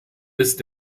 ist